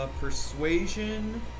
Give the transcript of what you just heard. Persuasion